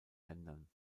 ländern